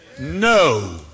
No